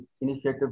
initiative